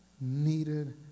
Needed